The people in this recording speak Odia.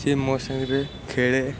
ସେ ମୋ ସାଙ୍ଗରେ ଖେଳେ